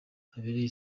abereye